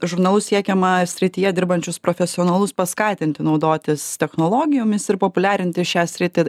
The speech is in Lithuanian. žurnalu siekiama srityje dirbančius profesionalus paskatinti naudotis technologijomis ir populiarinti šią sritį